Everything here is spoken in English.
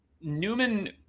Newman